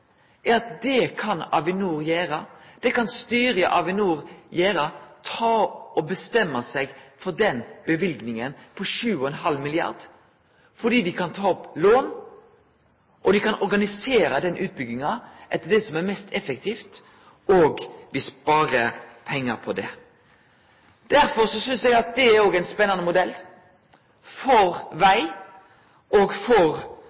er at det kan styret i Avinor gjere – bestemme seg for den løyvinga på 7,5 mrd. kr – fordi dei kan ta opp lån og organisere den utbygginga etter det som er mest effektivt, og dei sparar pengar på det. Derfor synest eg det òg er ein spennande modell for veg og for